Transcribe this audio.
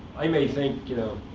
i may think, you know,